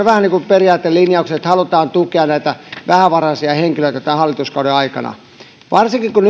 vähän niin kuin periaatelinjauksen että halutaan tukea näitä vähävaraisia henkilöitä tämän hallituskauden aikana varsinkin kun